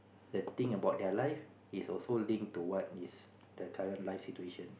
the thing about their life is also linked to what is the current life situation